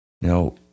Now